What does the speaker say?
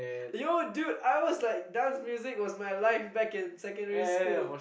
yo dude I was like dance music was my life back in secondary school